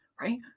Right